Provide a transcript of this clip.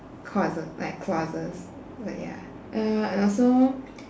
causes like clauses but ya uh and also